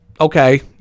okay